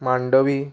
Mandovi